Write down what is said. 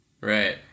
Right